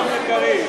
המשוחררים.